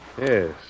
Yes